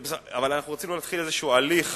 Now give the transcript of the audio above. אנחנו רוצים להתחיל איזה הליך